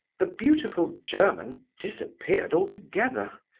the beautiful german disappeared altogether.